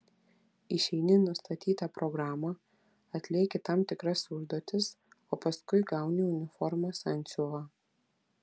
išeini nustatytą programą atlieki tam tikras užduotis o paskui gauni uniformos antsiuvą